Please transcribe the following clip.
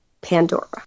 Pandora